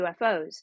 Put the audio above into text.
UFOs